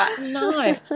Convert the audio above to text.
No